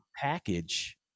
package